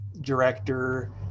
director